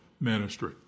ministry